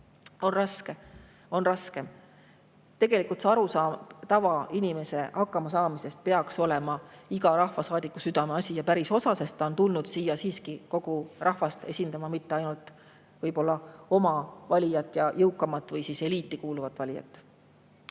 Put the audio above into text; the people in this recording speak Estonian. edasiviijad, raske. Tegelikult peaks see arusaam tavainimese hakkamasaamisest olema iga rahvasaadiku südameasi ja pärisosa, sest ta on tulnud siia siiski kogu rahvast esindama, mitte ainult oma valijat ja jõukamat või eliiti kuuluvat valijat.